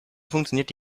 funktioniert